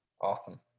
Awesome